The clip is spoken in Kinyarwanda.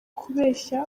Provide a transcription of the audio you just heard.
kubeshya